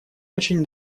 очень